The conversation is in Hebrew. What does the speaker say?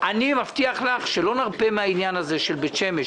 אני מבטיח לך שלא נרפה מעניין ההסעות בבית שמש,